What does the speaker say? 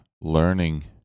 learning